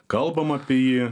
kalbam apie jį